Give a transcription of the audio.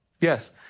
Yes